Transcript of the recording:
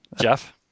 Jeff